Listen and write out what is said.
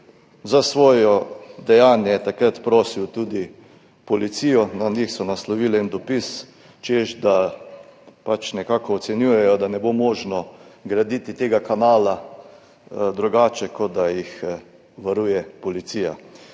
Za svoje dejanje je takrat prosil tudi policijo, na njih so naslovili en dopis, češ da pač nekako ocenjujejo, da ne bo možno graditi tega kanala drugače, kot da jih varuje policija.